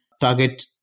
target